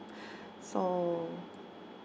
so